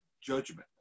judgment